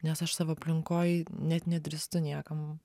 nes aš savo aplinkoj net nedrįstu niekam